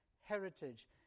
heritage